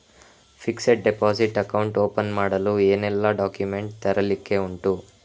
Fixed deposit account open ಮಾಡಲು ಏನೆಲ್ಲಾ documents ತರ್ಲಿಕ್ಕೆ ಉಂಟು?